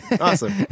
Awesome